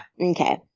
Okay